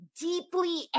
deeply